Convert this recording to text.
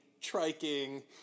triking